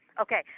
Okay